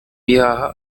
bihaha